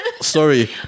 Sorry